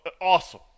Awesome